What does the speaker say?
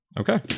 Okay